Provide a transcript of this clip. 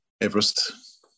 Everest